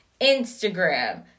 Instagram